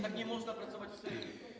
Tak nie można pracować w Sejmie.